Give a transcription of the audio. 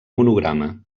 monograma